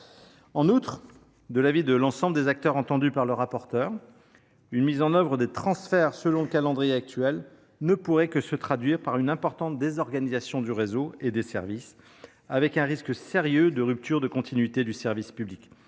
En outre, de l’avis de l’ensemble des acteurs entendus par M. le rapporteur, la mise en œuvre des transferts selon le calendrier actuel ne pourrait se traduire que par une importante désorganisation du réseau et des services, dont résulterait un risque sérieux de rupture de la continuité du service public.